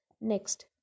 Next